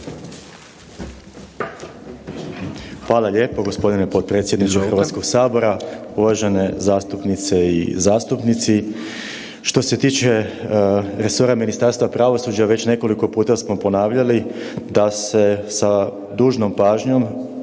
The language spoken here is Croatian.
Hvala lijepo. Gospodine potpredsjedniče Hrvatskog sabora, uvažene zastupnice i zastupnici. Što se tiče resora Ministarstva pravosuđa već nekoliko puta smo ponavljali da se sa dužnom pažnjom,